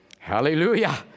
Hallelujah